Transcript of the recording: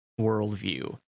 worldview